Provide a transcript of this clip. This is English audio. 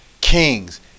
kings